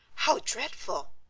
how dreadful!